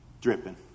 dripping